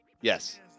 Yes